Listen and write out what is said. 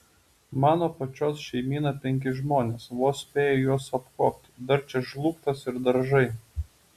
mano pačios šeimyna penki žmonės vos spėju juos apkuopti dar čia žlugtas ir daržai